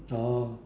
oh